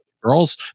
girls